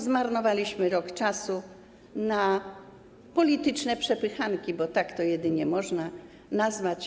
Zmarnowaliśmy rok na polityczne przepychanki, bo tak to jedynie można nazwać.